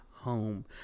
Home